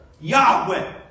Yahweh